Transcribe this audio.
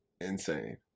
insane